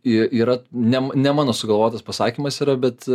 į yra nem ne mano sugalvotas pasakymas yra bet